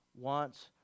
Wants